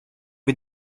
wir